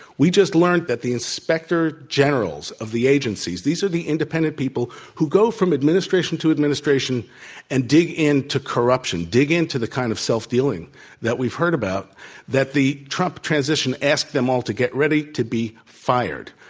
we just learned today that the inspector generals of the agencies these are the independent people who go from administration to administration and dig into corruption, dig into the kind of self-dealing that we've heard about that the trump transition asked them all to get ready to be fired.